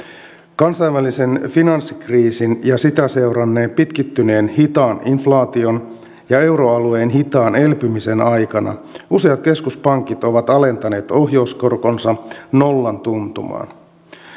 kansainvälisen finanssikriisin ja sitä seuranneen pitkittyneen hitaan inflaation ja euroalueen hitaan elpymisen aikana useat keskuspankit ovat alentaneet ohjauskorkonsa nollan tuntumaan